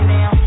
Now